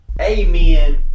Amen